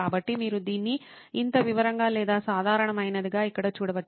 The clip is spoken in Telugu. కాబట్టి మీరు దీన్ని ఇంత వివరంగా లేదా సాధారణమైనదిగా ఇక్కడ చూడవచ్చు